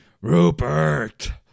Rupert